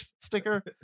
sticker